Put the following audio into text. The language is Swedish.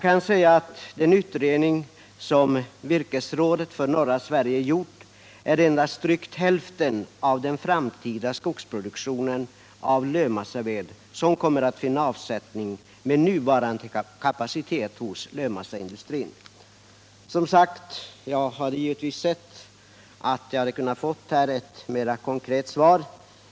Enligt den utredning som Virkesrådet för Norra Sverige gjort kommer endast drygt hälften av den framtida skogsproduktionen av lövmassaved att finna avsättning med nuvarande kapacitet hos lövmassaindustrin. Jag hade som sagt givetvis helst sett att jag hade fått ett mera konkret svar.